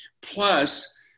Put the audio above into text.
Plus